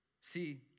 See